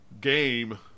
game